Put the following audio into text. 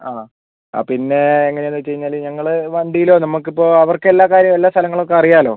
ആണോ ആ പിന്നെ എങ്ങനെയാന്നുവെച്ചുകഴിഞ്ഞാൽ ഞങ്ങൾ വണ്ടിയിലോ നമുക്കിപ്പോൾ അവർക്കെല്ലാ കാര്യങ്ങളും എല്ലാ സ്ഥലങ്ങളുമൊക്കെ അറിയാല്ലോ